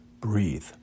breathe